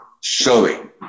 showing